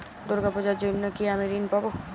দুর্গা পুজোর জন্য কি আমি ঋণ পাবো?